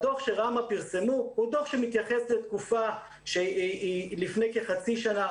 הדוח שראמ"ה פרסמו הוא דוח שמתייחס לתקופה שהיא לפני כחצי שנה,